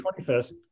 25th